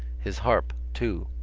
his harp, too,